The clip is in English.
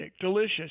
delicious